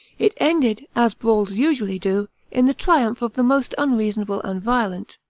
it ended, as brawls usually do, in the triumph of the most unreasonable and violent.